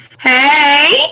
Hey